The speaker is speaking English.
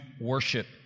worship